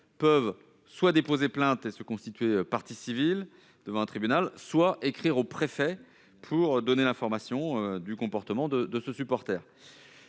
peuvent soit déposer plainte et se constituer partie civile devant un tribunal, soit écrire au préfet pour signaler le comportement de ce supporter.